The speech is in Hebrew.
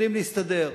יודעים להסתדר.